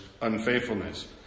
unfaithfulness